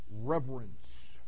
reverence